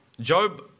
Job